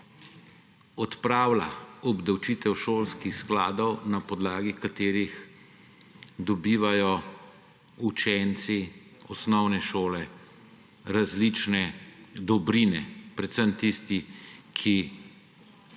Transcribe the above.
odpravlja obdavčitev šolskih skladov, na podlagi katerih dobivajo učenci osnovne šole različne dobrine, predvsem tisti, ki